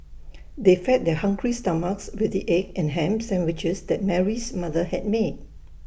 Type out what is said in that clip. they fed their hungry stomachs with the egg and Ham Sandwiches that Mary's mother had made